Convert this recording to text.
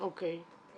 אוקיי.